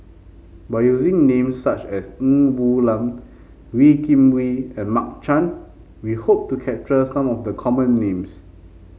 by using names such as Ng Woon Lam Wee Kim Wee and Mark Chan we hope to capture some of the common names